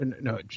no